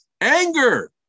anger